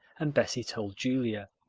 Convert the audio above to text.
and bessie told julia.